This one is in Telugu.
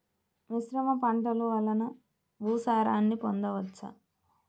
మిశ్రమ పంటలు వలన భూసారాన్ని పొందవచ్చా?